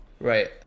right